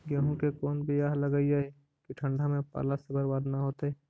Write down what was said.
गेहूं के कोन बियाह लगइयै कि ठंडा में पाला से बरबाद न होतै?